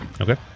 Okay